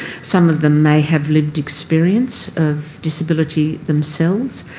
some of them may have lived experience of disability themselves.